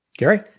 Gary